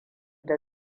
da